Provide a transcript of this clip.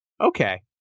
Okay